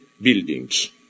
buildings